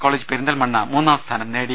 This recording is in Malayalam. കോളെജ് പെരിന്തൽണ്ണ മൂന്നാംസ്ഥാനം നേടി